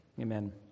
amen